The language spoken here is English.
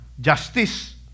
Justice